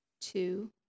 two